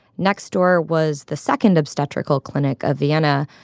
next door was the second obstetrical clinic of vienna.